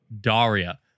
Daria